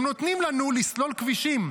הם נותנים לנו לסלול כבישים.